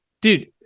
Dude